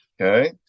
okay